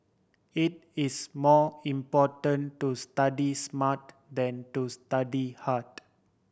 it is more important to study smart than to study hard